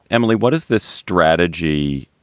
emily, what is the strategy?